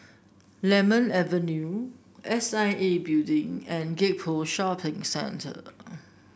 Lemon Avenue S I A Building and Gek Poh Shopping Centre